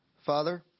Father